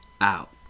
Out